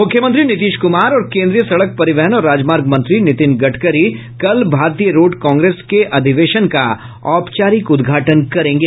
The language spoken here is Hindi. मुख्यमंत्री नीतीश कुमार और केन्द्रीय सड़क परिवहन और राजमार्ग मंत्री नितिन गडकरी कल भारतीय रोड कांग्रेस के अधिवेशन का औपचारिक उद्घाटन करेंगे